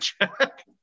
check